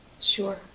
sure